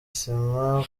sima